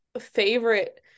favorite